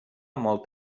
molt